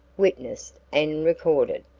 witnessed, and recorded.